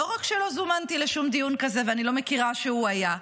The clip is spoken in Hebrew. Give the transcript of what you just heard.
לא רק שלא זומנתי לשום דיון כזה ואני לא מכירה שהוא היה,